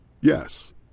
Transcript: Yes